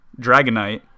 Dragonite